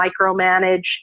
micromanage